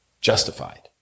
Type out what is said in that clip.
justified